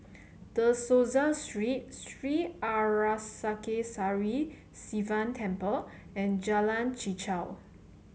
De Souza Street Sri Arasakesari Sivan Temple and Jalan Chichau